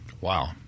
Wow